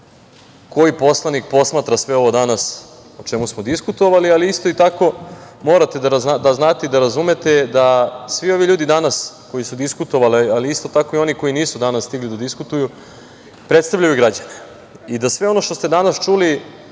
koji poslanik posmatra sve ovo danas o čemu smo diskutovali, ali isto tako, morate da znate i da razumete da svi ovi ljudi danas koji su diskutovali, ali isto tako i oni koji nisu danas stigli da diskutuju, predstavljaju građane i da sve ono što ste danas čuli